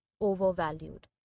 overvalued